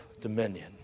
dominion